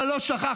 אבל לא שכחנו.